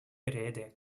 rede